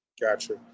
Gotcha